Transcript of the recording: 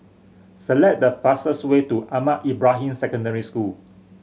select the fastest way to Ahmad Ibrahim Secondary School